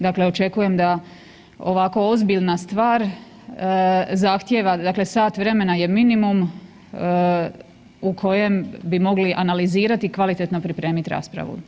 Dakle, očekujem da ovako ozbiljna stvar zahtjeva, dakle sat vremena je minimum u kojem bi mogli analizirati i kvalitetno pripremit raspravu.